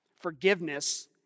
Forgiveness